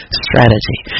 strategy